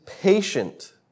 patient